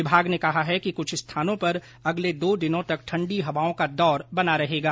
विभाग ने कहा है कि कुछ स्थानों पर अगले दो दिनों तक ठंडी हवाओं का दौर बना रहेगा